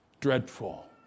dreadful